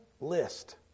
list